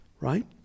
Right